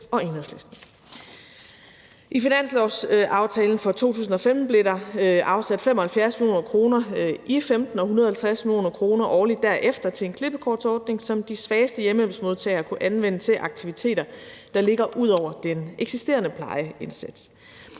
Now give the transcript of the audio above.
I finanslovsaftalen for 2015 blev der afsat 75 mio. kr. i 2015 og 150 mio. kr. årligt derefter til en klippekortsordning, som de svageste hjemmehjælpsmodtagere kunne anvende til aktiviteter, der ligger ud over den eksisterende plejeindsats.